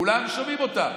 כולם שומעים אותן,